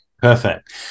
Perfect